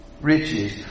riches